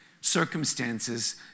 circumstances